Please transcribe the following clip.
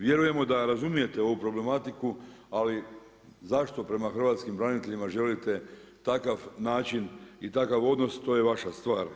Vjerujemo da razumijete ovu problematiku, ali zašto prema hrvatskim braniteljima želite takav način i takav odnos, to je vaša stvar.